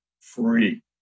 free